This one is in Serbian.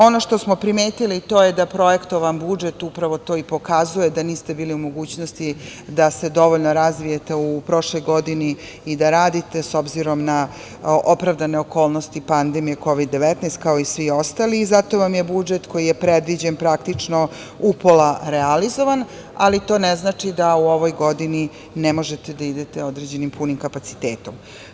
Ono što smo primetili to je da projektovan budžet upravo to i pokazuje, da niste bili u mogućnosti da se dovoljno razvijete u prošloj godini i da radite, s obzirom na opravdane okolnosti pandemije Kovid-19, kao i svi ostali i zato vam je budžet koji je predviđen, praktično upola realizovan, ali to ne znači da u ovoj godini ne možete da idete određenim punim kapacitetom.